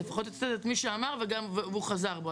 אז לפחות תצטט את מי שאמר והוא גם חזר בו,